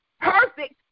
perfect